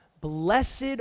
Blessed